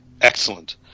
Excellent